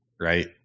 right